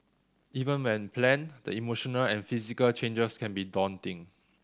even when planned the emotional and physical changes can be daunting